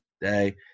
day